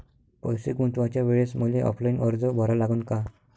पैसे गुंतवाच्या वेळेसं मले ऑफलाईन अर्ज भरा लागन का?